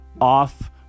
off